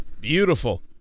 Beautiful